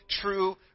true